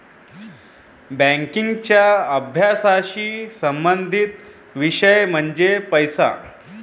बँकिंगच्या अभ्यासाशी संबंधित विषय म्हणजे पैसा